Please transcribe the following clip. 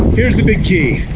here's the big key.